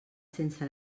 sense